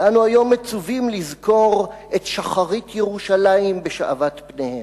אנו היום מצווים לזכור את "שחרית-ירושלים בשעוות פניהם".